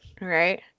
right